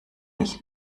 ich